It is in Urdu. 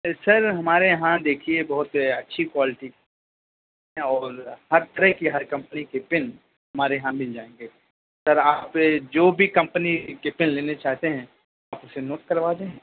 سر ہمارے یہاں دیکھئے بہت اچھی کوالیٹی میں اور طرح کی اور ہر کمپنی کے پن ہمارے یہاں مل جائیں گے سر آپ جو بھی کمپنی کے پن لینے چاہتے ہیں تو اسے نوٹ کروا دیں